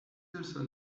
also